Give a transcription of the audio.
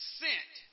sent